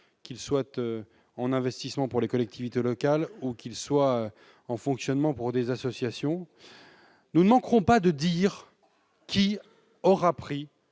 qu'ils soient en investissement pour les collectivités locales ou en fonctionnement pour les associations ? Nous ne manquerons pas de renvoyer la